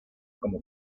como